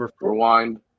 rewind